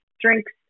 drinks